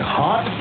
hot